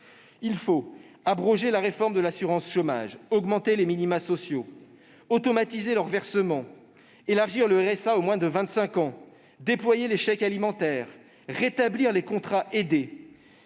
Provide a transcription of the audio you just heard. Il faut abroger la réforme de l'assurance chômage, augmenter les minimas sociaux, automatiser leur versement, élargir le revenu de solidarité active (RSA) aux moins de 25 ans, déployer les chèques alimentaires, rétablir les contrats aidés,